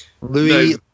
Louis